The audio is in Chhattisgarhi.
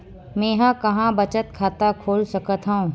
मेंहा कहां बचत खाता खोल सकथव?